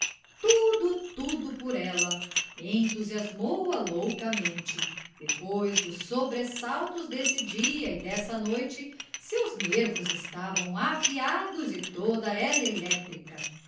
tudo tudo por ela entusiasmou a loucamente depois dos sobressaltos desse dia e dessa noite seus nervos estavam afiados e toda ela elétrica